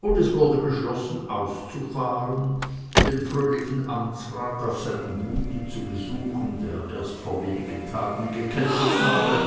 und es wurde beschlossen auszufahren den fröhlichen amtsrat auf seinem gute zu besuchen der erst vor wenigen tagen gekeltert hatte